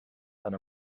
einer